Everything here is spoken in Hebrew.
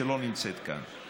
שלא נמצאת כאן,